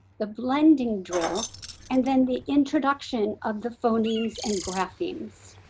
the blending drill and then the introduction of the phonemes and graphemes.